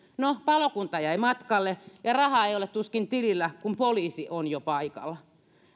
no palokunta jäi matkalle ja rahaa ei ole tuskin tilillä kun poliisi on jo paikalla